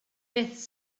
beth